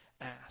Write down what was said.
ask